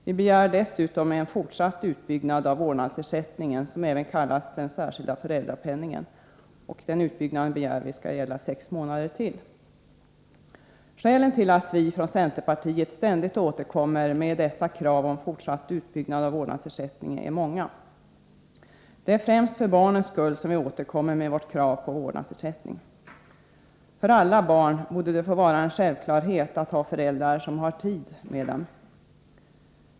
Vi begär dessutom en fortsatt utbyggnad av vårdnadsersättningen, som även kallas den särskilda föräldrapenningen; den skulle då gälla sex månader till. Skälen till att vi från centerpartiet ständigt återkommer med dessa krav på fortsatt utbyggnad av vårdnadsersättning är många. För det första är det för barnens skull vi upprepar vårt krav på vårdnadsersättning. För alla barn borde det få vara en självklarhet att ha föräldrar som har tid med dem.